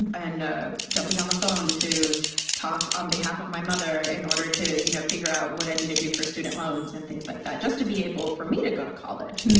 and ah jumping on the phone to talk on behalf of my mother, in order to you know figure out what i needed to do for student loans, and things like that, just to be able for me to go to college.